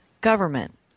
government